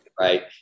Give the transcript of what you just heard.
right